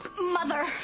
mother